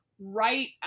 right